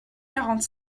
quarante